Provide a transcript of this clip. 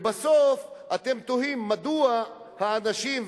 ובסוף אתם תוהים מדוע האנשים,